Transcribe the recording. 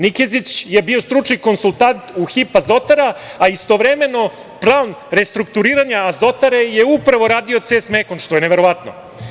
Nikezić je bio stručni konsultant u „Hip azotara“, a istovremeno plan restrukturiranja azotare je upravo radio „CES Mekon“, što je neverovatno.